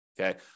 Okay